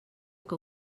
que